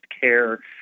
care